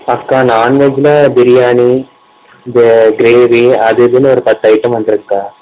அக்கா நான் வெஜ்ஜில் பிரியாணி இந்த கிரேவி அது இதுன்னு ஒரு பத்து ஐட்டம் வந்துரும்க்கா